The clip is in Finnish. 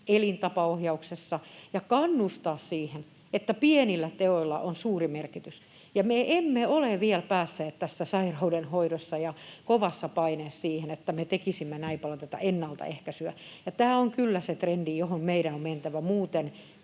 elintapaohjauksessa, ja kannustaa siihen, että pienillä teoilla on suuri merkitys. Me emme ole vielä päässeet tässä sairaudenhoidossa ja kovassa paineessa siihen, että me tekisimme näin paljon tätä ennaltaehkäisyä. Tämä on kyllä se trendi, johon meidän on mentävä, muuten